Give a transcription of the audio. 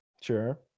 sure